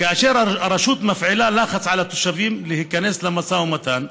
כאשר הרשות מפעילה לחץ על התושבים להיכנס למשא ומתן.